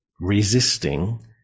resisting